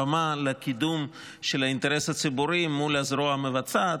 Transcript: היא במה לקידום האינטרס הציבורי מול הזרוע המבצעת.